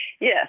Yes